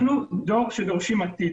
אנחנו דור שדורשים עתיד.